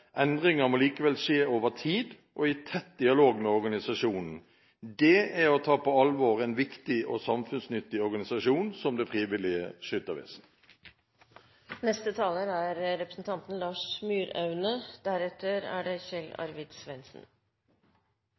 endringer må likevel skje over tid og i tett dialog med organisasjonen. Det er å ta på alvor en viktig og samfunnsnyttig organisasjon som Det frivillige Skyttervesen. Komiteens leder redegjorde i dag morges for en del uroligheter rundt omkring i verden. Det